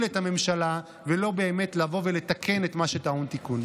את הממשלה ולא באמת לבוא ולתקן את מה שטעון תיקון.